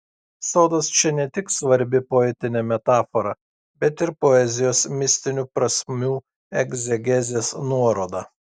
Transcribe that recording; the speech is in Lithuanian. sodas čia ne tik svarbi poetinė metafora bet ir poezijos mistinių prasmių egzegezės nuoroda